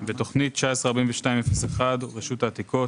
בתוכנית 19-42-01, רשות העתיקות